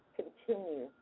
continue